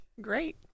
Great